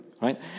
right